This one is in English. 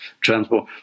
transport